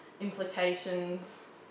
implications